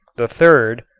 the third,